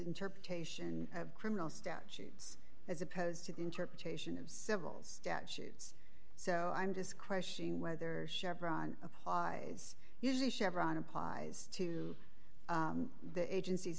interpretation of criminal statutes as opposed to the interpretation of civils statutes so i'm just questioning whether chevron applies usually chevron applies to the agencies